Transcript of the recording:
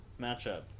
matchup